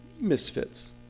misfits